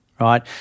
right